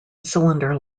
cylinder